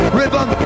rhythm